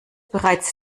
bereits